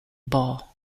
ball